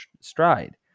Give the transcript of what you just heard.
stride